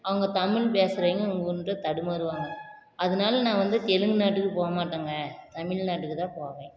அவங்க தமிழ் பேசுறவங்க உன்ட்ட தடுமாறுவாங்க அதனால நான் வந்து தெலுங்கு நாட்டுக்கு போகமாட்டேங்க தமிழ்நாட்டுக்கு தான் போவேன்